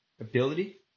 ability